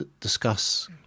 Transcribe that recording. discuss